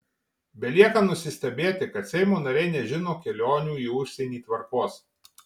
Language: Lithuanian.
belieka nusistebėti kad seimo nariai nežino kelionių į užsienį tvarkos